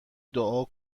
دعا